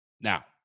Now